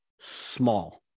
small